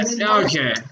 Okay